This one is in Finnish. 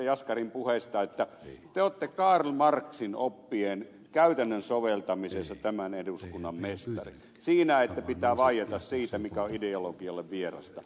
jaskarin puheesta että te olette karl marxin oppien käytännön soveltamisessa tämän eduskunnan mestari siinä että pitää vaieta siitä mikä on ideologialle vierasta